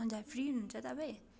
हजार फ्री हुनु हुन्छ तपाईँ